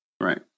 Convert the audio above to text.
Right